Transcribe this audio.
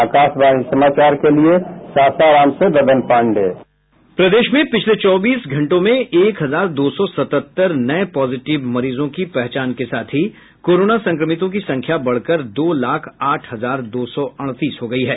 आकाशवाणी समाचार के लिए सासाराम से ददन पांडेय प्रदेश में पिछले चौबीस घंटों में एक हजार दो सौ सतहत्तर नये पॉजिटिव मरीजों की पहचान के साथ ही कोरोना संक्रमितों की संख्या बढ़कर दो लाख आठ हजार दो सौ अड़तीस हो गयी है